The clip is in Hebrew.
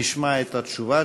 נשמע את התשובה,